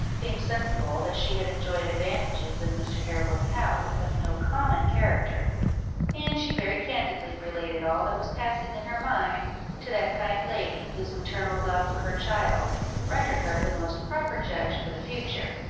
being sensible that she had enjoyed advantages in mr. harewood's house of no common character and she very candidly related all that was passing in her mind to that kind lady, whose maternal love for her child rendered her the most proper judge for the future,